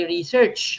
Research